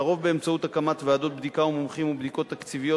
לרוב באמצעות הקמת ועדות בדיקה או מומחים ובדיקות תקציביות,